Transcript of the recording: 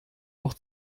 auch